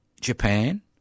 Japan